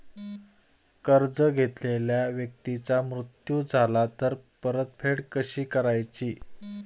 कर्ज घेतलेल्या व्यक्तीचा मृत्यू झाला तर परतफेड कशी करायची?